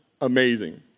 amazing